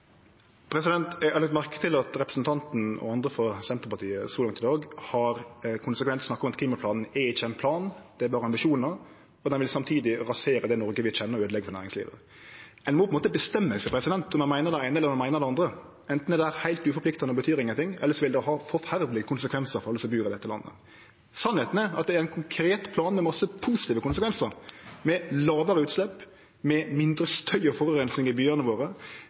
Eg har lagt merke til at representanten og andre frå Senterpartiet så langt i dag konsekvent har snakka om at klimaplanen ikkje er ein plan, det er berre ambisjonar, og han vil samtidig rasere det Noreg vi kjenner, og øydeleggje for næringslivet. Ein må bestemme seg for om ein meiner det eine eller om ein meiner det andre – anten er det heilt uforpliktande og betyr ingenting, eller så vil det ha forferdelege konsekvensar for alle som bur i dette landet. Sanninga er at det er ein konkret plan med mange positive konsekvensar – lågare utslepp, mindre støy og forureining i byane våre